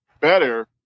better